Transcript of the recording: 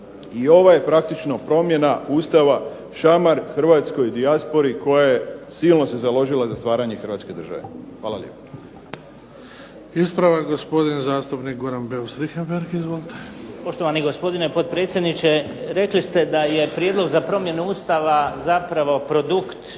i ova je praktično promjena Ustava šamar hrvatskoj dijaspori koja je silno se založila za stvaranje Hrvatske države. Hvala lijepo. **Bebić, Luka (HDZ)** Ispravak, gospodin zastupnik Goran Beus Richembergh. Izvolite. **Beus Richembergh, Goran (HNS)** Poštovani gospodine potpredsjedniče. Rekli ste da je prijedlog za promjenu Ustava zapravo produkt